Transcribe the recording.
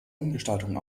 umgestaltung